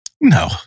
No